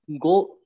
go